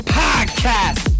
podcast